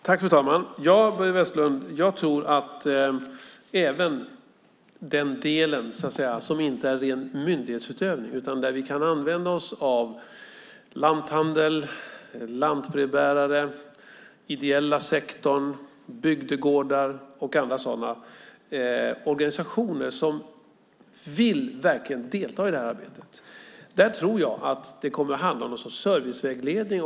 Fru talman! Ja, Börje Vestlund, jag tror att för den del som inte är ren myndighetsutövning utan där vi kan använda oss av lanthandlare, lantbrevbärare, den ideella sektorn, bygdegårdar och andra organisationer som vill delta i det här arbetet kommer det att handla om något slags servicevägledning.